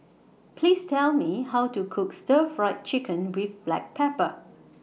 Please Tell Me How to Cook Stir Fried Chicken with Black Pepper